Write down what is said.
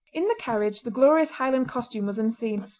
in the carriage the glorious highland costume was unseen,